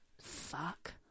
Fuck